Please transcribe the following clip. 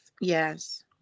Yes